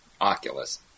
Oculus